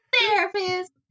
Therapist